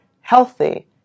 healthy